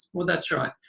well that's right.